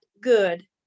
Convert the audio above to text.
good